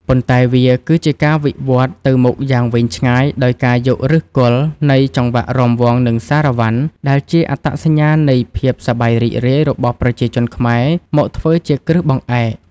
ប៉ុន្តែវាគឺជាការវិវត្តទៅមុខយ៉ាងវែងឆ្ងាយ ដោយការយកឫសគល់នៃចង្វាក់រាំវង់ និងសារ៉ាវ៉ាន់ ដែលជាអត្តសញ្ញាណនៃភាពសប្បាយរីករាយរបស់ប្រជាជនខ្មែរ មកធ្វើជាគ្រឹះបង្អែក។